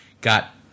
got